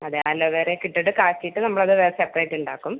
അതെ അലോവേറ ഒക്കെ ഇട്ടിട്ട് കാച്ചിയിട്ട് നമ്മള് അത് വെറെ സെപ്പറേറ്റ് ഉണ്ടാക്കും